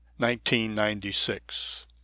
1996